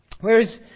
Whereas